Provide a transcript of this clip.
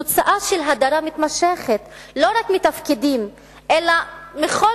תוצאה של הדרה מתמשכת לא רק מתפקידים אלא מכל